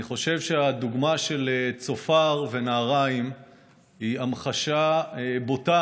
אני חושב שהדוגמה של צופר ונהריים היא המחשה בוטה